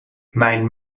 mijn